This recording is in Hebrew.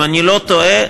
אם אני לא טועה,